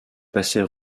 passait